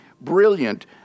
brilliant